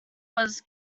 was